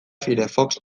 firefox